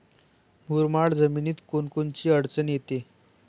मुरमाड जमीनीत कोनकोनची अडचन येते?